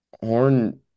Horn